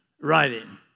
writing